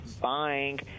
buying –